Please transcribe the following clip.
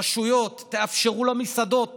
רשויות, תאפשרו למסעדות